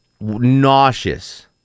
nauseous